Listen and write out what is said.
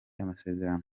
amasezerano